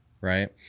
Right